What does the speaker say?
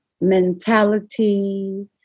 mentality